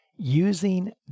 using